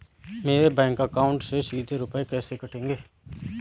मेरे bank account से सीधे रुपए कैसे कटेंगे?